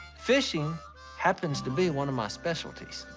fishing happens to be one of my specialties.